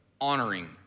honoring